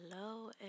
Hello